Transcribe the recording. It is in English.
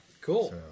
Cool